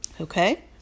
okay